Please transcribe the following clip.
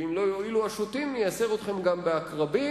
ואם לא יועילו השוטים, נייסר אתכם גם בעקרבים,